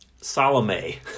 Salome